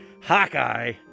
Hawkeye